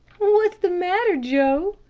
what's the matter, joe?